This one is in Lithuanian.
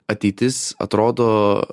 ateitis atrodo